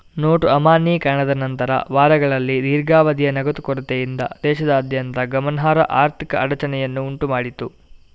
note ಅಮಾನ್ಯೀಕರಣದ ನಂತರದ ವಾರಗಳಲ್ಲಿ ದೀರ್ಘಾವಧಿಯ ನಗದು ಕೊರತೆಯಿಂದ ದೇಶದಾದ್ಯಂತ ಗಮನಾರ್ಹ ಆರ್ಥಿಕ ಅಡಚಣೆಯನ್ನು ಉಂಟು ಮಾಡಿತು